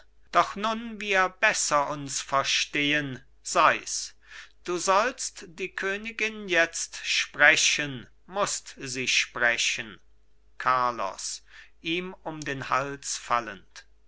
doch nun wir besser uns verstehen seis du sollst die königin jetzt sprechen mußt sie sprechen carlos ihm um den hals fallend